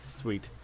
sweet